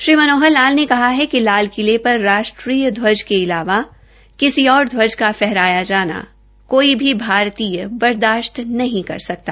श्री मनोहर लाल ने कहा है कि लाल किले पर राष्ट्र ध्वज के अलावा किसी और ध्वज का फहराया जाना कोई भी भारतीय बर्दाश्त नहीं कर सकता